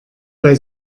bei